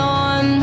on